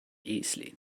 easily